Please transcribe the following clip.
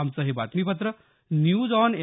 आमचं हे बातमीपत्र न्यूज ऑन ए